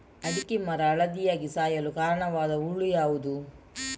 ಅಡಿಕೆ ಮರ ಹಳದಿಯಾಗಿ ಸಾಯಲು ಕಾರಣವಾದ ಹುಳು ಯಾವುದು?